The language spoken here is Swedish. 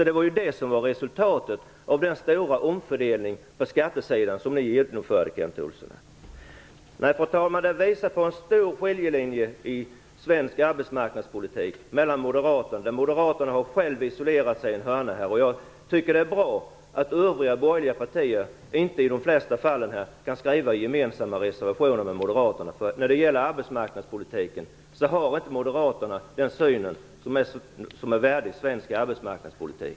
Det var det som var resultatet av den stora omfördelning på skattesidan som ni genomförde, Kent Fru talman! Detta visar på en bred skiljelinje i svensk arbetsmarknadspolitik. Moderaterna har själv isolerat sig i en hörna. Jag tycker att det är bra att övriga borgerliga partier i de flesta fallen inte kan skriva gemensamma reservationer med Moderaterna. Moderaterna har inte den syn som är värdig svensk arbetsmarknadspolitik.